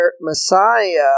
Messiah